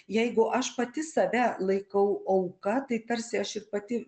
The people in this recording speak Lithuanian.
jeigu aš pati save laikau auka tai tarsi aš ir pati